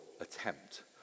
attempt